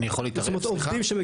אני יכול להתערב, סליחה?